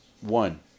One